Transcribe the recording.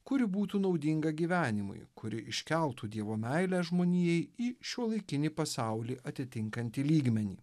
kuri būtų naudinga gyvenimui kuri iškeltų dievo meilę žmonijai į šiuolaikinį pasaulį atitinkantį lygmenį